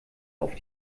auf